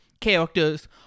characters